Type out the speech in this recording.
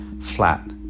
flat